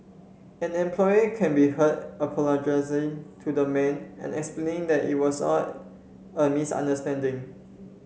employee can be heard apologising to the man and explaining that it was all a misunderstanding